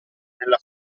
nella